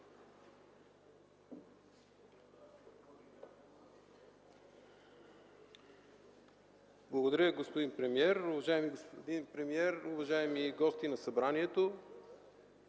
Уважаеми господин премиер, уважаеми гости на Събранието!